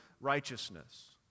righteousness